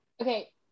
okay